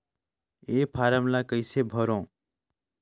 ये फारम ला कइसे भरो?